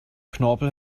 knorpel